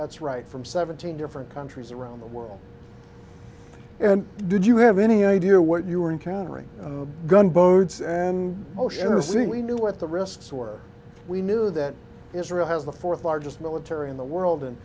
that's right from seventeen different countries around the world and did you have any idea what you were encountering gunboats an ocean or seeing we knew what the risks were we knew that israel has the fourth largest military in the world and